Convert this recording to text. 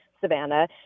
Savannah